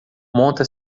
monta